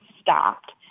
stopped